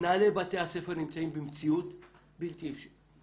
מנהלי בתי הספר נמצאים במציאות בלתי אפשרית.